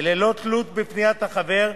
וללא תלות בפניית החבר,